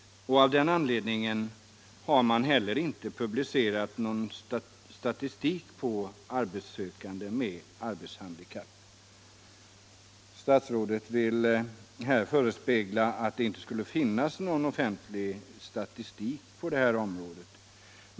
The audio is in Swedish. Av den anledningen har man heller inte publicerat någon statistik över arbetssökande med arbetshandikapp. Statsrådet vill förespegla att det inte skulle finnas någon offentlig statistik på det här området.